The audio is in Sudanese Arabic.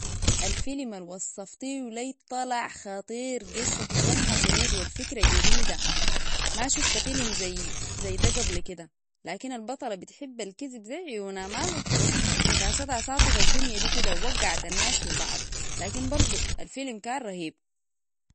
الفيلم الوصفتيهو لي طلع خاطير قصة سمحة شديد والفكرة جديدة ما شفت فيلم زي ده قبل كده لكن البطلة بتحب الكذب زي عيونا ما ممكن بخصاسصتا اطت الدنيا دي كده ووقعت الناس في بعض لكن برضو الفيلم كان رهيب